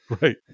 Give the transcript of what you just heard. Right